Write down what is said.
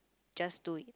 just do it